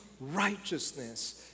righteousness